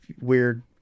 weird